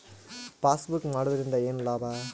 Passbook ಮಾಡುದರಿಂದ ಏನು ಲಾಭ?